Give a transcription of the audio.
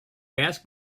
ask